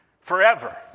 forever